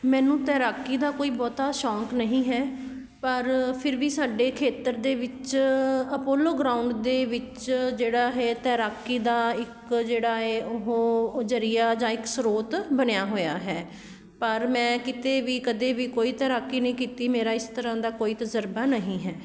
ਮੈਨੂੰ ਤੈਰਾਕੀ ਦਾ ਕੋਈ ਬਹੁਤਾ ਸ਼ੌਕ ਨਹੀਂ ਹੈ ਪਰ ਫਿਰ ਵੀ ਸਾਡੇ ਖੇਤਰ ਦੇ ਵਿੱਚ ਅਪੋਲੋ ਗਰਾਊਂਡ ਦੇ ਵਿੱਚ ਜਿਹੜਾ ਇਹ ਤੈਰਾਕੀ ਦਾ ਇੱਕ ਜਿਹੜਾ ਹੈ ਉਹ ਜ਼ਰੀਆ ਜਾਂ ਇੱਕ ਸਰੋਤ ਬਣਿਆ ਹੋਇਆ ਹੈ ਪਰ ਮੈਂ ਕਿਤੇ ਵੀ ਕਦੇ ਵੀ ਕੋਈ ਤੈਰਾਕੀ ਨਹੀਂ ਕੀਤੀ ਮੇਰਾ ਇਸ ਤਰ੍ਹਾਂ ਦਾ ਕੋਈ ਤਜ਼ਰਬਾ ਨਹੀਂ ਹੈ